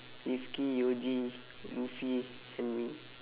rifqi yeoji lutfi and me